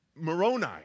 Moroni